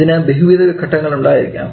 ഇതിന് ബഹുവിധ ഘട്ടങ്ങൾ ഉണ്ടായിരിക്കാം